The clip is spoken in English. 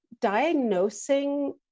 diagnosing